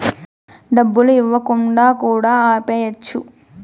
డబ్బులు ఇవ్వకుండా కూడా ఆపేయచ్చు